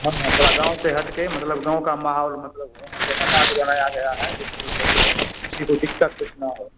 हम अपना गाँव से हट के मतलब गाँव का माहौल मतलब वहाँ से हटा के बनाया गया है जिसकी किसी को दिक्कत कुछ ना हो